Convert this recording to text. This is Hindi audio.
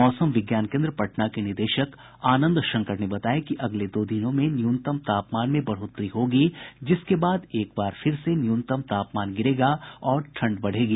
मौसम विज्ञान केन्द्र पटना के निदेशक आनंद शंकर ने बताया कि अगले दो दिनों में न्यूनतम तापमान में बढ़ोतरी होगी जिसके बाद एक बार फिर से न्यूनतम तापमान गिरेगा और ठंड बढ़ेगी